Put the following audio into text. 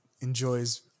enjoys